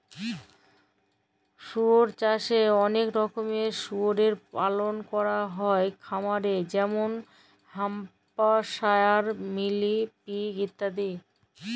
শুয়র চাষে অলেক রকমের শুয়রের পালল ক্যরা হ্যয় খামারে যেমল হ্যাম্পশায়ার, মিলি পিগ ইত্যাদি